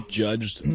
judged